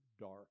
dark